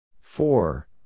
Four